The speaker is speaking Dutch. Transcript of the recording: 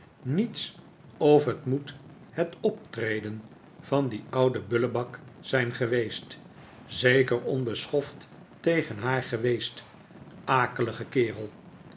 niets of het moet het optreden van dien ouden bullebak zijn geweest zeker onbeschoft tegen haar geweest akelige kerel